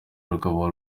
rukaba